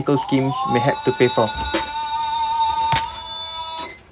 ~cal schemes may help to pay for